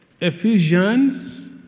Ephesians